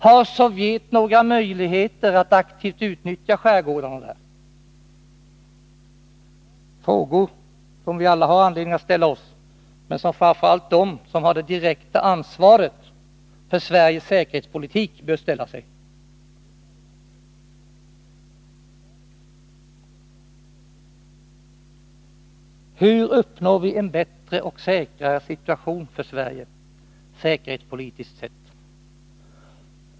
Har Sovjet några möjligheter att aktivt utnyttja skärgårdarna där? Det är frågor som vi alla har anledning att ställa oss, men som framför allt de som har det direkta ansvaret för Sveriges säkerhetspolitik bör ställa sig. Hur uppnår vi en bättre och säkrare situation för Sverige, säkerhetspolitiskt sett?